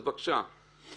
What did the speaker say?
אז בבקשה.